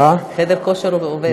חדר הכושר עובד.